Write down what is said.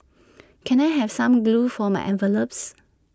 can I have some glue for my envelopes